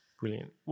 Brilliant